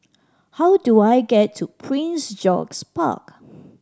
how do I get to Prince George's Park